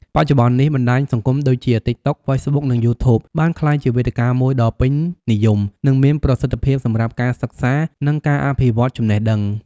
បច្ចុប្បន្ននេះ បណ្ដាញសង្គមដូចជា តិកតុក, ហ្វេសបុក, និង យូធូប បានក្លាយជាវេទិកាមួយដ៏ពេញនិយម និងមានប្រសិទ្ធភាពសម្រាប់ការសិក្សា និងការអភិវឌ្ឍចំណេះដឹង។